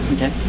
Okay